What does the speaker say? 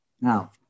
Now